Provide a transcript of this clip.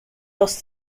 lost